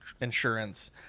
insurance